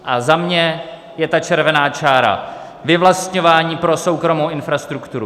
A za mě je ta červená čára vyvlastňování pro soukromou infrastrukturu.